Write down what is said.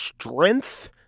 strength